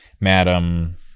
madam